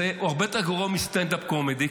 הוא הרבה יותר גרוע מסטנד-אפ קומדי,